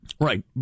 Right